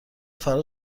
فردا